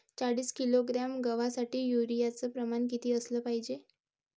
चाळीस किलोग्रॅम गवासाठी यूरिया च प्रमान किती असलं पायजे?